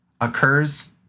occurs